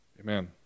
Amen